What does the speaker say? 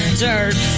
dirt